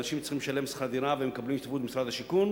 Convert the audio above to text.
אנשים שצריכים לשלם שכר דירה והם מקבלים השתתפות ממשרד השיכון,